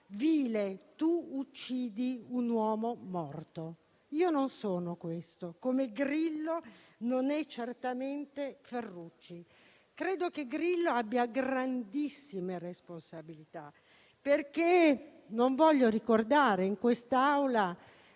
«Vile, tu uccidi un uomo morto». Non sono questo, come Grillo non è certamente Ferrucci. Credo che abbia grandissime responsabilità: non voglio ricordare in quest'Aula